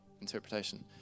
interpretation